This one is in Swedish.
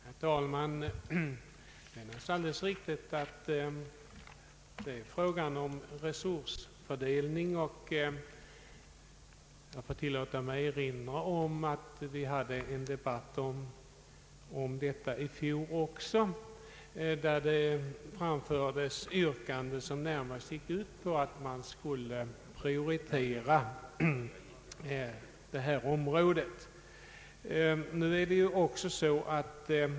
Herr talman! Det är naturligtvis alldeles riktigt att det här är fråga om en resursfördelning. Jag vill erinra om att i fjol fördes en debatt också i denna fråga, där det framställdes yrkande som närmast gick ut på att man skulle prioritera detta område.